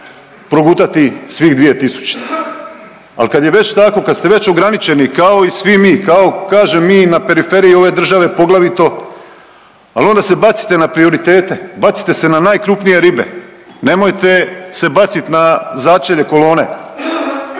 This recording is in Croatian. progutati svih 2000. Ali kad je već tako, kad ste već ograničeni kao i svi mi, kao kažem mi na periferiji ove države poglavito, ali onda se bacite na prioritete, bacite se na najkrupnije ribe. Nemojte se baciti na začelje kolone.